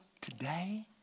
today